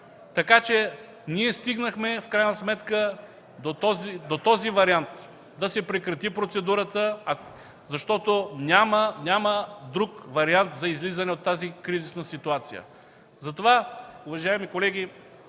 Така че ние стигнахме в крайна сметка до този вариант – да се прекрати процедурата, защото няма друг вариант за излизане от тази кризисна ситуация. Затова, уважаеми колеги,